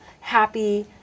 happy